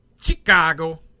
Chicago